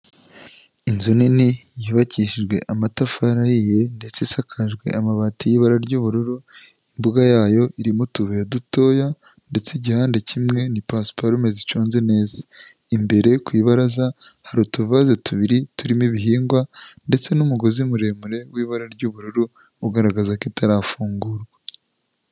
Inzu nini yubakishijwe amatafari ahiye ndetse isakajwe amabati y'ibaraa ry'ubururu, imbuga yayo irimo utubiye dutoya ndetse igihande kimwe ni pasiparume ziconze neza, imbere ku ibaraza hari utuvaze tubiri turimo ibihingwa ndetse n'umugozi muremure w'ibara ry'ubururu ugaragaza ko itarafungura.